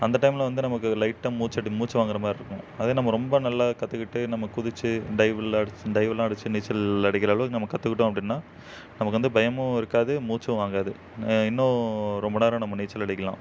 அந்த டைமில் வந்து நமக்கு லைட்டாக மூச்சு அப்படியே மூச்சு வாங்கிற மாதிரி இருக்கும் அதே நம்ம ரொம்ப நல்லா கற்றுக்கிட்டு நம்ம குதித்து டைவெல்லாம் அடிச் டைவெல்லாம் அடித்து நீச்சல் அடிக்கிற அளவுக்கு நம்ம கற்றுக்கிட்டோம் அப்படின்னா நமக்கு வந்து பயமும் இருக்காது மூச்சும் வாங்காது இன்னும் ரொம்ப நேரம் நம்ம நீச்சல் அடிக்கலாம்